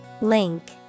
Link